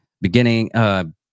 beginning